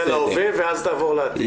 מהעבר ותעבור לעתיד.